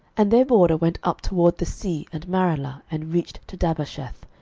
and their border went up toward the sea, and maralah, and reached to dabbasheth,